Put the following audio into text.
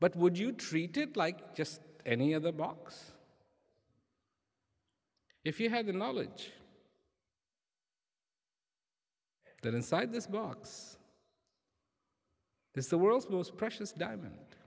but would you treat it like just any other box if you had the knowledge that inside this box is the world's most precious diamond